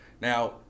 Now